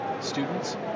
students